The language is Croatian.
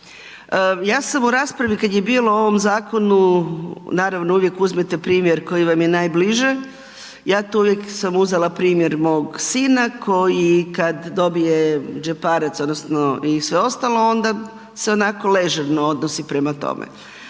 Ja sam u raspravi kad je bilo o ovom zakonu naravno uvijek uzmete primjer koji vam je najbliže, ja to uvijek sam uzela primjer mog sina koji kad dobije đeparac odnosno i sve ostalo onda se onako ležerno odnosi prema tome.